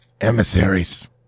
emissaries